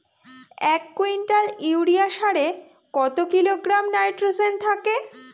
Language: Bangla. এক কুইন্টাল ইউরিয়া সারে কত কিলোগ্রাম নাইট্রোজেন থাকে?